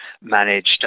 managed